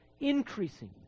Increasing